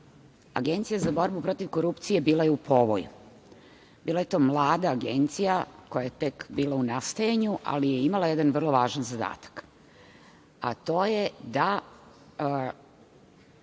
Agencija za borbu protiv korupcije je bila u povoju. Bila je to mlada agencija koja je tek u nastajanju, ali je imala jedan vrlo važan zadatak, a to je da